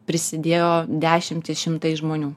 prisidėjo dešimtys šimtai žmonių